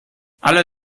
alle